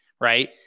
right